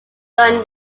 done